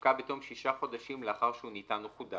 תפקע בתום ששה חודשים לאחר שהוא ניתן או חודש".